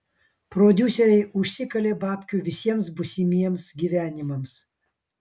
prodiuseriai užsikalė babkių visiems būsimiems gyvenimams